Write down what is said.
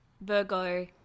Virgo